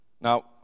Now